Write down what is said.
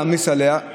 להעמיס עליה,